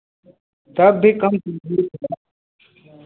तब भी कम कीजिए